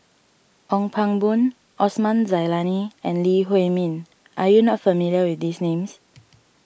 Ong Pang Boon Osman Zailani and Lee Huei Min are you not familiar with these names